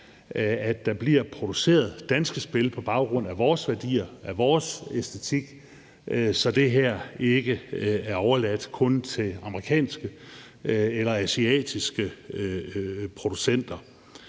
at der bliver produceret danske spil på baggrund af vores værdier og af vores æstetik, så det her ikke kun er overladt til amerikanske eller asiatiske producenter.